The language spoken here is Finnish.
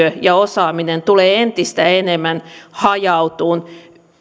ja osaaminen tulevat entistä enemmän hajautumaan